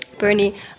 Bernie